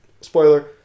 spoiler